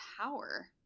power